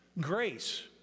Grace